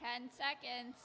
ten seconds